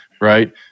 right